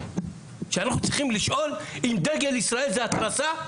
שאנחנו צריכים לשאול אם דגל ישראל זו התרסה?